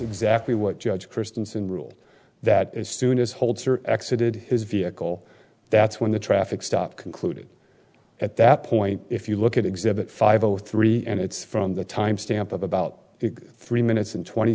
exactly what judge christensen rule that as soon as holds or exit it his vehicle that's when the traffic stop concluded at that point if you look at exhibit five o three and it's from the time stamp of about three minutes and twenty